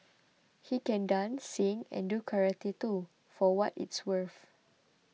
he can dance sing and do karate too for what it's worth